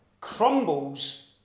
crumbles